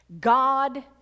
God